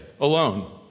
alone